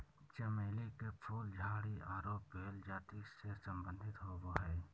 चमेली के फूल झाड़ी आरो बेल जाति से संबंधित होबो हइ